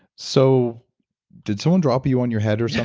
so did someone drop you on your head or